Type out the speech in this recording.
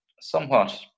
somewhat